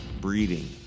breeding